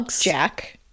jack